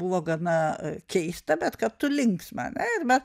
buvo gana keista bet kartu linksma na ir mes